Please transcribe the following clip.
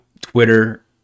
Twitter